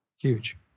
Huge